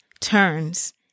turns